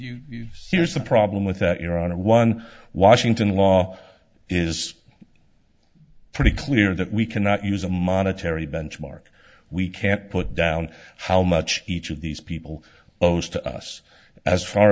what you sears the problem with that you're on a one washington law is pretty clear that we cannot use a monetary benchmark we can't put down how much each of these people posed to us as far